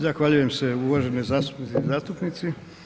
Zahvaljujem se uvažene zastupnice i zastupnici.